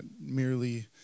merely